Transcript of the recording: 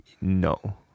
No